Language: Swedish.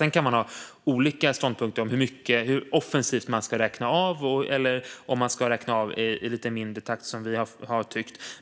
Sedan kan man ha olika ståndpunkter i fråga om hur mycket och hur offensivt man ska räkna av och om man ska räkna av i lite lägre takt som vi har tyckt.